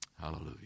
Hallelujah